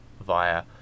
via